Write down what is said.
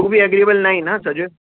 तूं बि एग्रीअबल न आहीं न सॼो